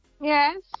Yes